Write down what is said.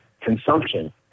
consumption